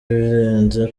birenze